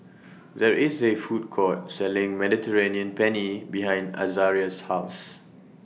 There IS A Food Court Selling Mediterranean Penne behind Azaria's House